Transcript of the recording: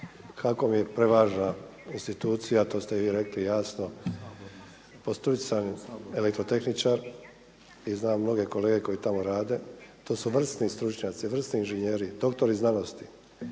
kako mi je prevažna institucija to ste vi rekli jasno. Po struci sam elektrotehničar i znam mnoge kolege koji tamo rade, to su vrsni stručnjaci, vrsni inženjeri, doktori znanosti,